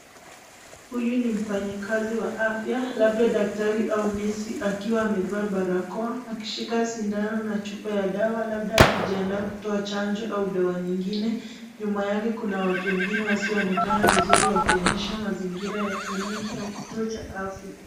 Huyu ni mfanyikazi wa afya, labda daktari au nesi. Akiwa amevaa barakoa, akishika sindano na chupa ya dawa labda akijiandaa kutoa chanjo au dawa nyingine . Nyuma yake kuna watu wengine wasionekana vizuri wakionyesha mazingira ya kliniki au kituo cha afya.